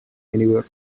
anywhere